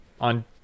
on